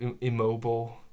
immobile